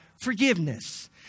forgiveness